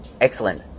Excellent